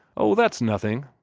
oh, that's nothing,